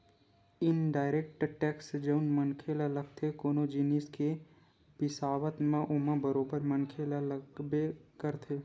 indirect tax जउन मनखे ल लगथे कोनो जिनिस के बिसावत म ओमा बरोबर मनखे ल लगबे करथे